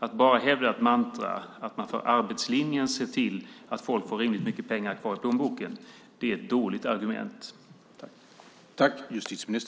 Att bara hävda ett mantra att man för arbetslinjen ser till att folk får rimligt mycket pengar kvar i plånboken är ett dåligt argument.